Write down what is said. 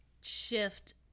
shift